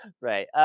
Right